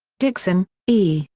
dixon, e,